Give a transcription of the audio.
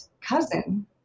Cousin